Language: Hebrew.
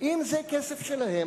אם זה כסף שלהם,